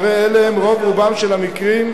והרי אלה הם רוב רובם של המקרים,